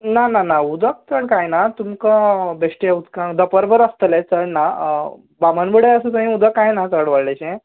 ना ना ना उदक थंय कांय ना तुमकां थंय उदकांत बिश्टे दोंपरभर आसतलें चड कांय ना बामनबुडो थंय उदक कांय ना चड व्हडलेंशें